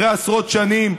אחרי עשרות שנים,